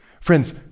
Friends